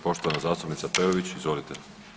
Poštovana zastupnica Peović, izvolite.